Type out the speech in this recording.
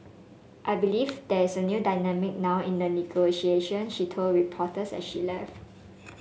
I believe there is a new dynamic now in the negotiation she told reporters as she left